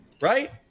right